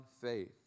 faith